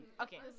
Okay